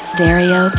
Stereo